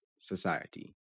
society